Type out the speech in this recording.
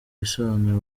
bisobanuro